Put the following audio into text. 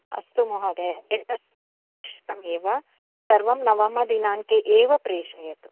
अस्तु महोदय एतद् सम्यक् एव सर्वं नवमदिनाङ्के एव प्रेषयतु